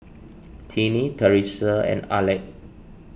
Tiny theresa and Aleck